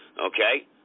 Okay